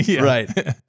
right